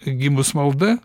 gimus malda